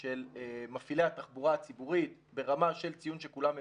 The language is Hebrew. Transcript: של מפעילי התחבורה הציבורית ברמה של ציון שכולם מבינים,